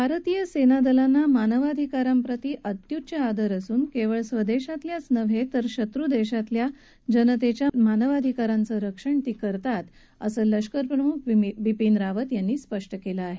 भारतीय सेना दलांना मानवाधिकारांप्रति अत्युच्च आदर असून केवळ स्वदेशातल्याच नव्हे तर शतू देशातल्या जनतेच्या मानवाधिकारांचं रक्षण ती करतात असं लष्कर प्रमुख बिपिन रावत यांनी स्पष्ट केलं आहे